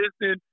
Listen